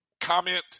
Comment